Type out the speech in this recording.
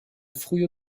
frühe